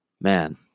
man